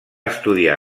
estudiar